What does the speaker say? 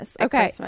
okay